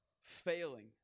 failing